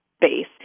base